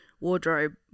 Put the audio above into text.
wardrobe